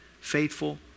faithful